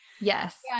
Yes